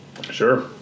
Sure